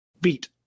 beat